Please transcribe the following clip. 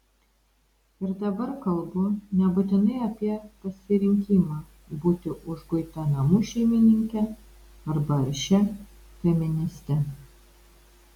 ir dabar kalbu nebūtinai apie pasirinkimą būti užguita namų šeimininke arba aršia feministe